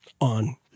on